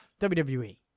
WWE